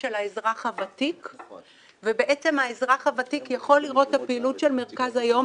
של האזרח הוותיק והאזרח הוותיק יכול לראות את הפעילות של מרכז היום,